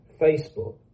Facebook